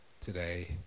today